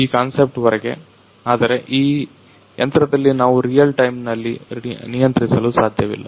ಈ ಕಾನ್ಸೆಪ್ಟ್ ವರೆಗೆ ಆದರೆ ಈ ಯಂತ್ರದಲ್ಲಿ ನಾವು ರಿಯಲ್ ಟೈಂನಲ್ಲಿ ನಿಯಂತ್ರಿಸಲು ಸಾಧ್ಯವಿಲ್ಲ